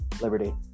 Liberty